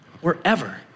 wherever